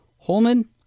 Holman